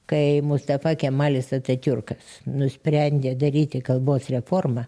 kai mustafa kemalis atatiurkas nusprendė daryti kalbos reformą